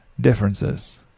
differences